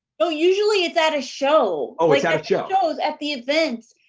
oh, usually, it's at a show. oh, it's at shows at the event.